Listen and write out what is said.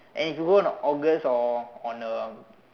and if you go on a August or on a